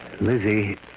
Lizzie